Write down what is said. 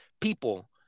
people